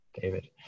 David